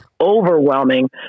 overwhelming